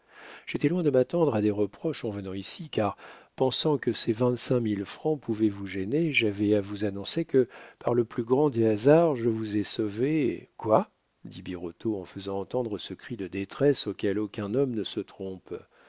j'étais loin de m'attendre à des reproches en venant ici car pensant que ces vingt-cinq mille francs pouvaient vous gêner j'avais à vous annoncer que par le plus grand des hasards je vous ai sauvé quoi dit birotteau en faisant entendre ce cri de détresse auquel aucun homme ne se trompe